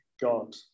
God